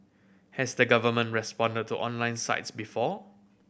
has the government responded to online sites before